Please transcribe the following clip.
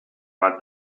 bat